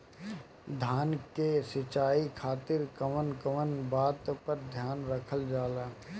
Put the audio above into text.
धान के सिंचाई खातिर कवन कवन बात पर ध्यान रखल जा ला?